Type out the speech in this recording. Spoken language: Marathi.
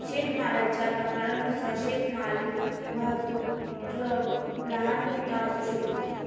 शेतमालाच्या प्रकारानुसार शेतमाल वाहतूक ट्रक लहान, मोठा असू शकतो